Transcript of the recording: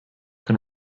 can